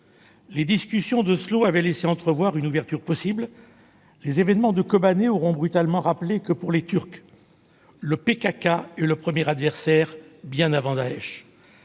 Les discussions d'Oslo avaient laissé entrevoir une ouverture possible ; les événements de Kobané auront brutalement rappelé que, pour les Turcs, le PKK est le premier adversaire, bien avant Daech.